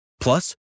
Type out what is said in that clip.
Plus